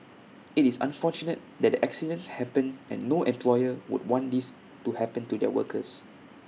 IT is unfortunate that the accidents happened and no employer would want these to happen to their workers